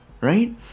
Right